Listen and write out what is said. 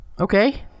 Okay